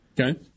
Okay